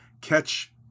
catch